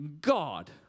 God